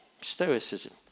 Stoicism